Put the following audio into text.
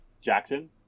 Jackson